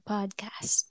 Podcast